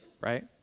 right